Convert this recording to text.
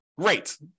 great